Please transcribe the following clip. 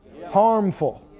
Harmful